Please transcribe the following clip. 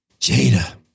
Jada